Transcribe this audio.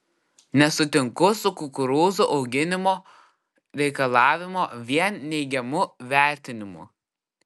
nesutinku su kukurūzų auginimo reikalavimo vien neigiamu vertinimu